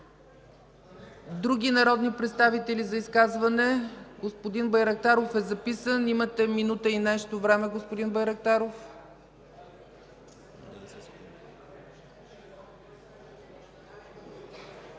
Други народни представители за изказване? Господин Байрактаров е записан. Имате минута и нещо време, господин Байрактаров.